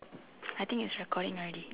I think it's recording already